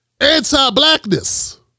anti-blackness